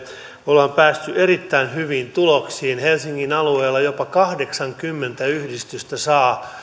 ollaan päästy erittäin hyviin tuloksiin helsingin alueella jopa kahdeksankymmentä yhdistystä saa